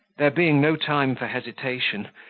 there being no time for hesitation,